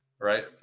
right